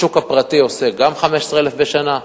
גם השוק הפרטי עושה 15,000 בשנה,